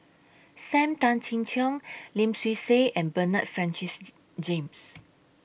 SAM Tan Chin Siong Lim Swee Say and Bernard Francis James